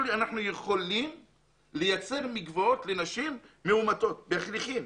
לי שהם יכולים לייצר מקוואות לנשים שיצאו מאומתות בבדיקה.